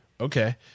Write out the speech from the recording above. Okay